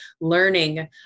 learning